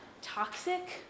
Toxic